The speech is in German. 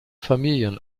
familien